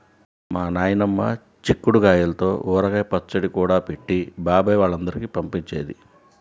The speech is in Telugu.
మా నాయనమ్మ చిక్కుడు గాయల్తో ఊరగాయ పచ్చడి కూడా పెట్టి బాబాయ్ వాళ్ళందరికీ పంపించేది